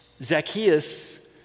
Zacchaeus